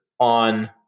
On